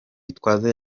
gitwaza